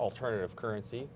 alternative currency